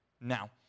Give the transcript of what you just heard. Now